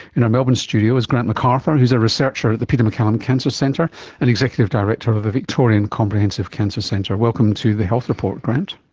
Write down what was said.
in our melbourne studio is grant mcarthur who is a researcher at the peter maccallum cancer centre and executive director of the victorian comprehensive cancer centre. welcome to the health report grant.